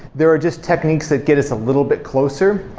there are just techniques that get us a little bit closer.